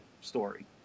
story